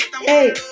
hey